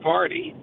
Party